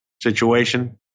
situation